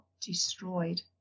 destroyed